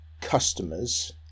customers